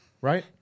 right